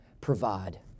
provide